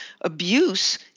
abuse